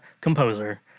composer